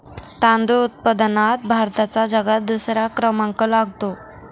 तांदूळ उत्पादनात भारताचा जगात दुसरा क्रमांक लागतो